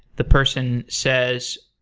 the person says,